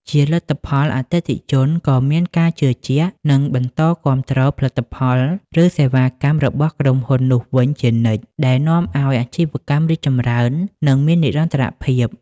ជាលទ្ធផល អតិថិជនក៏មានការជឿជាក់ និងបន្តគាំទ្រផលិតផល ឬសេវាកម្មរបស់ក្រុមហ៊ុននោះវិញជានិច្ច ដែលនាំឲ្យអាជីវកម្មរីកចម្រើន និងមាននិរន្តរភាព។